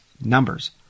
numbers